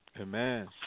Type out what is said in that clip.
Amen